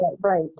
Right